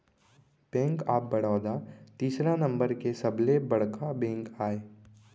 bank of Baroda तीसरा number के सबले बड़का बेंक आय